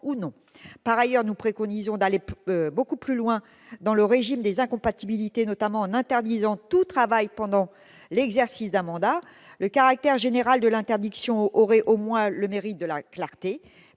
activité. Par ailleurs, nous préconisons d'aller beaucoup plus loin dans le régime des incompatibilités, en interdisant notamment tout travail pendant l'exercice d'un mandat. Le caractère général de cette interdiction aurait au moins le mérite de la clarté.